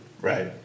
right